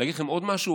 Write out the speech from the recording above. להגיד לכם עוד משהו?